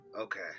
okay